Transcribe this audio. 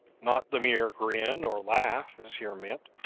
not the mere grin or laugh is here meant.